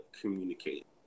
communicate